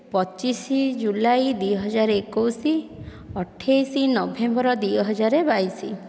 ପଚିଶ ଜୁଲାଇ ଦୁଇହଜାର ଏକୋଇଶ ଅଠେଇଶ ନଭେମ୍ବର ଦୁଇହଜାର ବାଇଶ